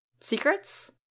secrets